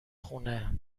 خونه